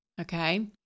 okay